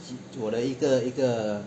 我的一个一个